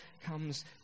comes